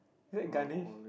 is that Ganesh